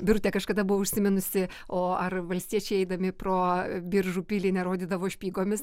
birutė kažkada buvo užsiminusi o ar valstiečiai eidami pro biržų pilį nerodydavo špygomis